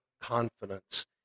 confidence